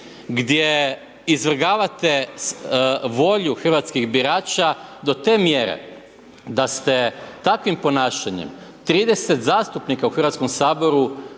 gdje izvrgavate volju hrvatskih birača do te mjere da ste takvim ponašanjem 30 zastupnika u Hrvatskom saboru